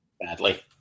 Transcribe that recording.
Badly